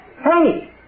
Hey